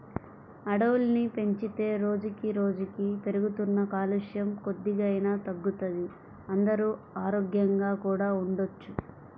అడవుల్ని పెంచితే రోజుకి రోజుకీ పెరుగుతున్న కాలుష్యం కొద్దిగైనా తగ్గుతది, అందరూ ఆరోగ్యంగా కూడా ఉండొచ్చు